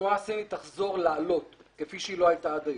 התנועה הסינית תחזור לעלות כפי שלא הייתה עד היום,